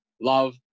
Love